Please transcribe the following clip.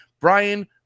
Brian